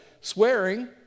swearing